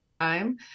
time